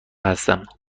هستم